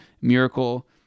miracle